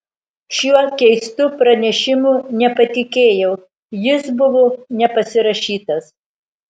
šiuo keistu pranešimu nepatikėjau jis buvo nepasirašytas